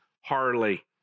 Harley